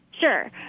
Sure